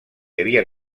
havien